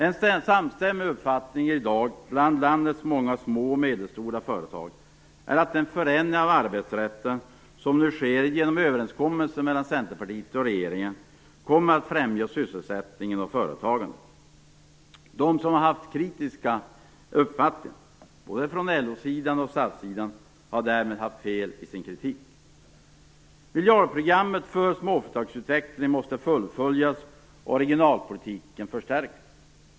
En samstämmig uppfattning bland landets små och medelstora företag är att den förändring av arbetsrätten som nu sker genom överenskommelser mellan Centerpartiet och regeringen kommer att främja sysselsättningen och företagandet. Både LO och SAF har därmed haft fel i sin kritik. Miljardprogrammet för småföretagsutveckling måste fullföljas och regionalpolitiken förstärkas.